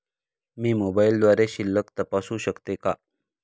मी मोबाइलद्वारे शिल्लक तपासू शकते का?